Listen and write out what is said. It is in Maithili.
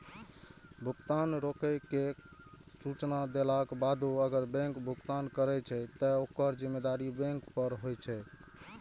भुगतान रोकै के सूचना देलाक बादो अगर बैंक भुगतान करै छै, ते ओकर जिम्मेदारी बैंक पर होइ छै